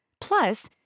Plus